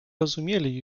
rozumieli